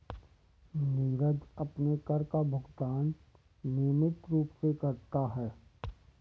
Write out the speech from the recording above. नीरज अपने कर का भुगतान नियमित रूप से करता है